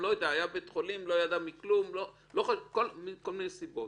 היה בבית חולים, לא ידע מכלום, יש כל מיני סיבות.